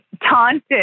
taunted